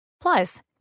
Plus